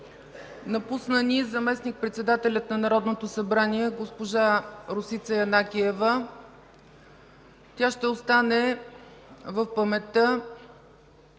напусна ни заместник-председателят на Народното събрание госпожа Росица Янакиева. Тя ще остане в паметта